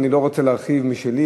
אני לא רוצה להרחיב משלי,